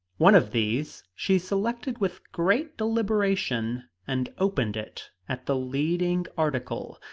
one of these she selected with great deliberation, and opened it at the leading article.